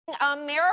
America